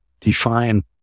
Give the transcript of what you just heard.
define